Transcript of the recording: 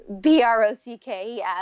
B-R-O-C-K